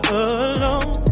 alone